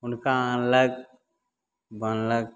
हुनका आनलक बान्हलक